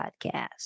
Podcast